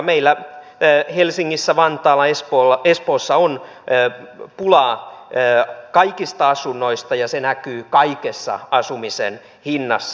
meillä helsingissä vantaalla espoossa on pulaa kaikista asunnoista ja se näkyy kaikessa asumisen hinnassa